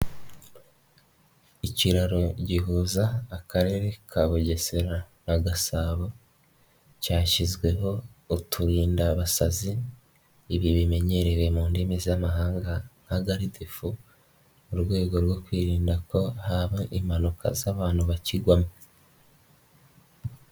Ikiraro gihuza Akarere ka Bugesera na Gasabo cyashyizweho uturindadabasazi, ibi bimenyerewe mu ndimi z'amahanga nka garidefo mu rwego rwo kwirinda ko haba impanuka z'abantu bakigwamo.